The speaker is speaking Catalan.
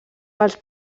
pels